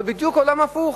אבל עולם הפוך,